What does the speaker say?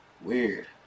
weird